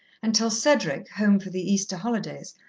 until cedric, home for the easter holidays,